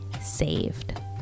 saved